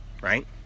right